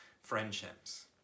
friendships